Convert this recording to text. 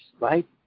right